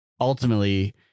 ultimately